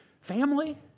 family